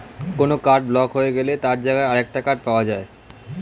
কোনো card block হয়ে গেলে তার জায়গায় আরেকটা কার্ড পাওয়া যায়